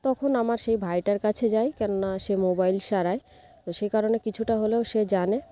তখন আমার সেই ভাইটার কাছে যাই কেননা সে মোবাইল সারায় তো সে কারণে কিছুটা হলেও সে জানে